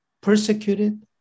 persecuted